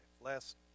Last